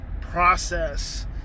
process